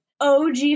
OG